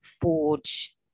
forge